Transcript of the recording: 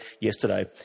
yesterday